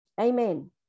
amen